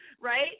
right